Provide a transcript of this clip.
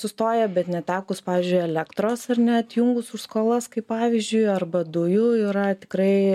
sustoja bet netekus pavyzdžiui elektros ar ne atjungus už skolas kaip pavyzdžiui arba dujų yra tikrai